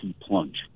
plunge